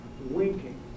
winking